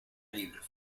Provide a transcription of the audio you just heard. libros